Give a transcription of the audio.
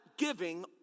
Giving